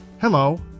Hello